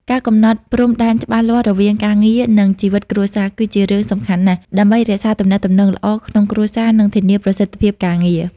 ការកំណត់ព្រំដែនច្បាស់លាស់រវាងការងារ និងជីវិតគ្រួសារ គឺជារឿងសំខាន់ណាស់ ដើម្បីរក្សាទំនាក់ទំនងល្អក្នុងគ្រួសារ និងធានាប្រសិទ្ធភាពការងារ។